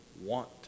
want